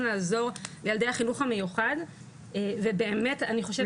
לעזור לילדי החינוך המיוחד ואני באמת חושבת